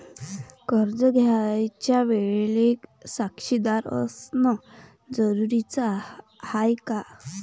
कर्ज घ्यायच्या वेळेले साक्षीदार असनं जरुरीच हाय का?